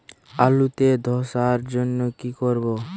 আলুতে ধসার জন্য কি করব?